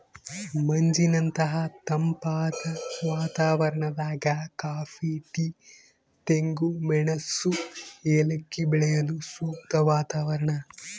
ಮಂಜಿನಂತಹ ತಂಪಾದ ವಾತಾವರಣದಾಗ ಕಾಫಿ ಟೀ ತೆಂಗು ಮೆಣಸು ಏಲಕ್ಕಿ ಬೆಳೆಯಲು ಸೂಕ್ತ ವಾತಾವರಣ